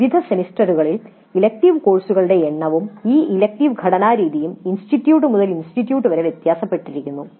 വിവിധ സെമസ്റ്ററുകളിൽ ഇലക്ടീവ് കോഴ്സുകളുടെ എണ്ണവും ഈ ഇലക്ടീവ് ഘടനാരീതിയും ഇൻസ്റ്റിറ്റ്യൂട്ട് മുതൽ ഇൻസ്റ്റിറ്റ്യൂട്ട് വരെ വ്യത്യാസപ്പെട്ടിരിക്കുന്നു